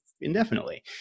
indefinitely